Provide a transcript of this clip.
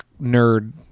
nerd